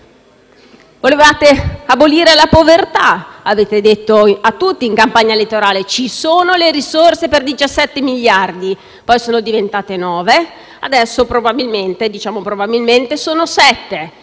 Volevate abolire la povertà e avete detto a tutti, in campagna elettorale, che c'erano risorse per 17 miliardi di euro, poi sono diventati nove, adesso probabilmente sono